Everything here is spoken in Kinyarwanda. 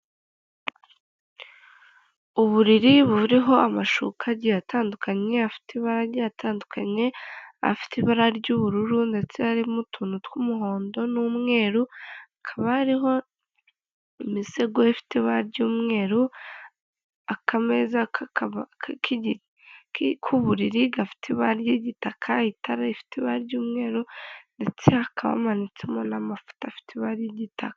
Uburiri buriho amashuka agiye atandukanye, afite ibara agiye atandukanye afite ibara ry'ubururu ndetse harimo'utuntu tw'umuhondo n'umweru kaba ariho imisego ifite ba ry'umweru akameza' k'uburiri gafite ibara ry'igitaka itara rifite ibara ry'umweru ndetsekabamanitsemo n'amafota afite ibari ry'taka.